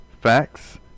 facts